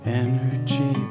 energy